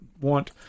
want